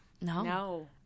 No